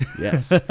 Yes